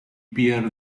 pierre